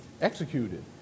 executed